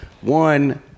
One